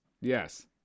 Yes